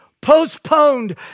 postponed